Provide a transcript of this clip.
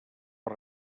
per